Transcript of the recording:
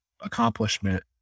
accomplishment